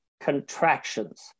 contractions